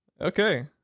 Okay